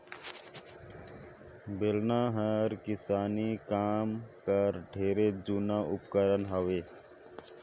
बेलना हर किसानी काम कर ढेरे जूना उपकरन हवे